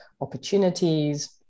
opportunities